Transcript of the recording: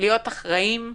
להיות אחראים,